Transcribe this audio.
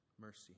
Mercy